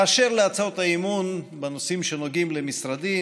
באשר להצעות האי-אמון בנושאים שנוגעים למשרדי,